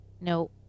No